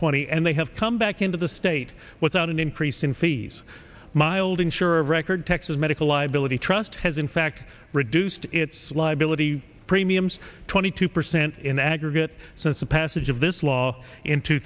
twenty and they have come back into the state without an increase in fees mild insurer of record texas medical liability trust has in fact reduced its liability premiums twenty two percent in aggregate since the passage of this law in two